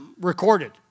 recorded